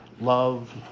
love